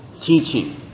teaching